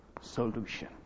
solution